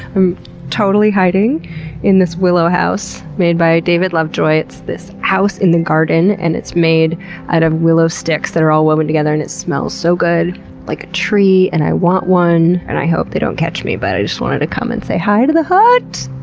i'm totally hiding in this willow house made by david lovejoy. it's this house in the garden, and it's made out of willow sticks that are all woven together, and it smells so good like a tree, and i want one. and i hope they don't catch me but i just wanted to come and say hi to the hut!